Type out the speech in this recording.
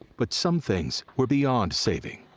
but some things were beyond saving.